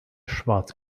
schwarz